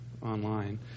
online